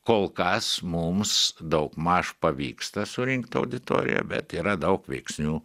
kol kas mums daugmaž pavyksta surinkt auditoriją bet yra daug veiksnių